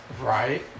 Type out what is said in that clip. Right